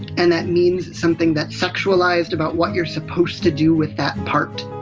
and that means something that's sexualized about what you're supposed to do with that part.